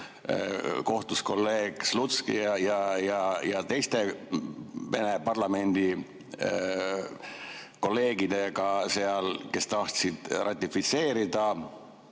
kolleeg Slutski ja teiste Vene parlamendi kolleegidega, kes tahtsid ratifitseerida